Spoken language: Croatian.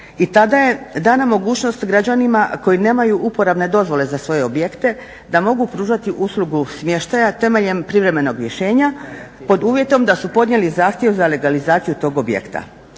i tada je dana mogućnost građanima koji nemaju uporabne dozvole za svoje objekte da mogu pružati uslugu smještaja temeljem privremenog rješenja pod uvjetom da su podnijeli zahtjev za legalizaciju tog objekta.